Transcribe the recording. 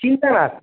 चिन्ता नास्ति